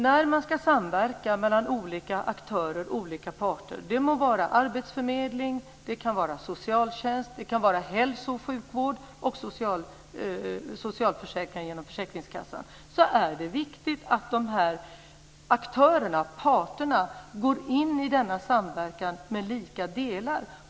När man ska samverka mellan olika aktörer och olika parter - det må vara arbetsförmedling, det kan vara socialtjänst, det kan vara hälso och sjukvården, det kan vara socialförsäkringen genom försäkringskassan - är det viktigt att aktörerna, parterna, går in i denna samverkan med lika delar.